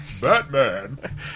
Batman